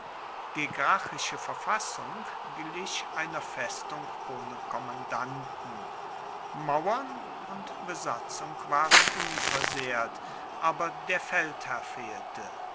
die gracchische verfassung glich einer festung ohne kommandanten mauern und besatzung waren unversehrt aber der feldherr fehlte